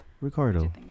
ricardo